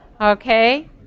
Okay